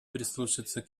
прислушаться